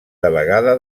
delegada